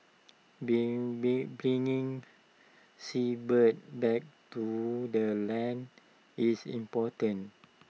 being bringing seabirds back to the land is important